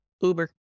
Uber